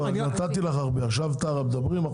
עכשיו טרה מדברים.